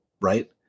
right